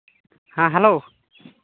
ᱦᱮᱸ ᱦᱮᱞᱳ